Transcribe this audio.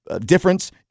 difference